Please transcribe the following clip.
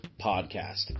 Podcast